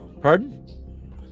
Pardon